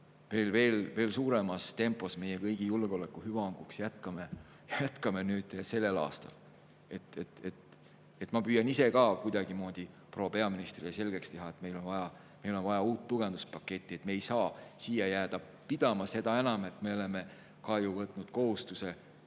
veel [kiiremas] tempos meie kõigi julgeoleku hüvanguks jätkame ka sellel aastal. Ma püüan ise ka kuidagimoodi proua peaministrile selgeks teha, et meil on vaja uut tugevduspaketti. Me ei saa jääda siia pidama, seda enam, et me oleme ju võtnud kaitsekulude